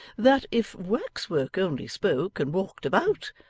that if wax-work only spoke and walked about,